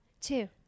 two